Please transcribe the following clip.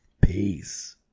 peace